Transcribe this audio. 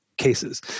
Cases